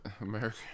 america